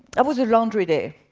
that was a laundry day.